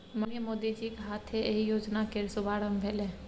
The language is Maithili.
माननीय मोदीजीक हाथे एहि योजना केर शुभारंभ भेलै